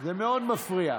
זה מאוד מפריע.